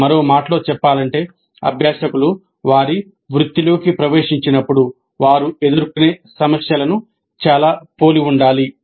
మరో మాటలో చెప్పాలంటే అభ్యాసకులు వారి వృత్తిలోకి ప్రవేశించినప్పుడు వారు ఎదుర్కొనే సమస్యలను చాలా పోలి ఉండాలి